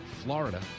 Florida